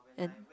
and